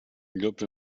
llops